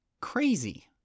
crazy